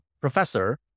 professor